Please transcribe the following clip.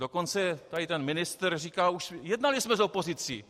Dokonce tady ten ministr říká už: jednali jsme s opozicí.